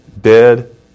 dead